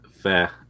fair